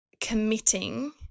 committing